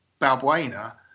Balbuena